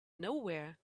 nowhere